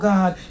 God